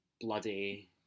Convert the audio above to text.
bloody